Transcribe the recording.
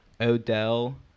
Odell